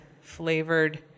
flavored